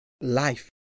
life